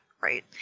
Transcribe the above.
right